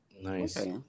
nice